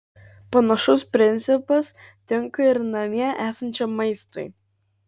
panašus principas tinka ir namie esančiam maistui